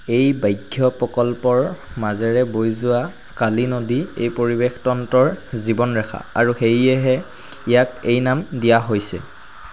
এই ব্যাঘ্ৰ প্ৰকল্পৰ মাজেৰে বৈ যোৱা কালি নদী এই পৰিৱেশতন্ত্ৰৰ জীৱনৰেখা আৰু সেয়েহে ইয়াক এই নাম দিয়া হৈছে